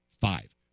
five